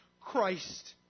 Christ